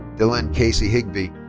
dylan casey higbie.